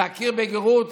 להכיר בגרות.